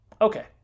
okay